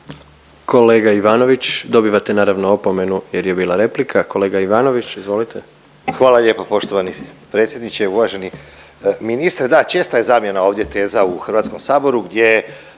Kolega Ivanović, dobivate naravno opomenu jer je bila replika. Kolega Ivanović, izvolite. **Ivanović, Goran (HDZ)** Hvala lijepa poštovani predsjedniče, uvaženi ministre. Da, česta je zamjena ovdje teza u HS-u gdje